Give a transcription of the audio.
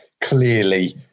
clearly